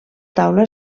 taula